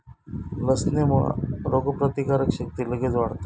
लसणेमुळा रोगप्रतिकारक शक्ती लगेच वाढता